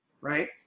right